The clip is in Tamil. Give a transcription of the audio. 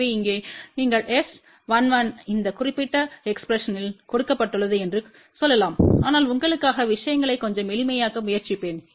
எனவே இங்கே நீங்கள் S11இந்த குறிப்பிட்ட எக்ஸ்பிரஸன்வரால் கொடுக்கப்பட்டுள்ளதுஎன்று சொல்லலாம் ஆனால் உங்களுக்காக விஷயங்களை கொஞ்சம் எளிமையாக்க முயற்சிப்பேன்